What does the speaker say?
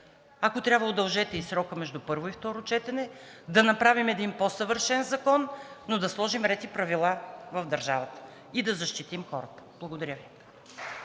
Ако трябва, удължете и срока между първо и второ четене, да направим един по-съвършен закон, но да сложим ред и правила в държавата и да защитим хората. Благодаря Ви.